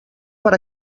per